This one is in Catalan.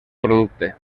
producte